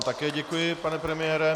Také vám děkuji, pane premiére.